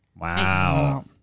Wow